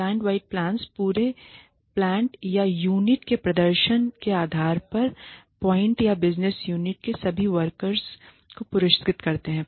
plant wide plans पूरे plant या unit के प्रदर्शन के आधार पर प्लांट या बिजनेस यूनिट के सभी वर्कर्स को पुरस्कृत करते हैं